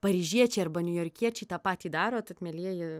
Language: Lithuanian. paryžiečiai arba niujorkiečiai tą patį daro tad mielieji